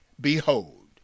Behold